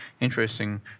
interesting